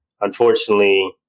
unfortunately